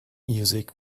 music